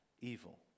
evil